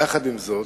יחד עם זאת,